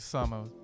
Summer